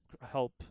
help